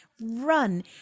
run